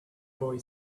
boy